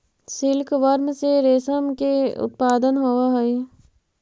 silkworm से रेशम के उत्पादन होवऽ हइ